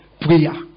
Prayer